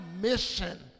mission